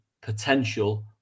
potential